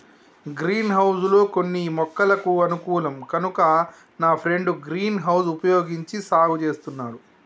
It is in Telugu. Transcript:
గ్రీన్ హౌస్ లో కొన్ని మొక్కలకు అనుకూలం కనుక నా ఫ్రెండు గ్రీన్ హౌస్ వుపయోగించి సాగు చేస్తున్నాడు